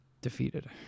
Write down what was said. defeated